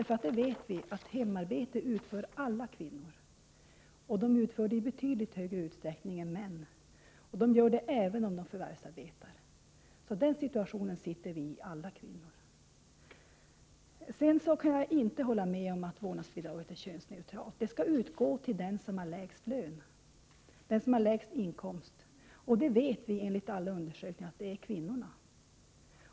För vi vet att alla kvinnor utför hemarbete, och i betydligt större utsträckning än män — och de gör det även om de förvärvsarbetar. Den situationen befinner vi oss i, alla kvinnor. Sedan kan jag inte hålla med om att vårdnadsbidraget är könsneutralt. Det skall utgå till dem som har lägst inkomst, och enligt alla undersökningar är det kvinnorna.